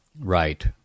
Right